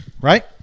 right